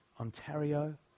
Ontario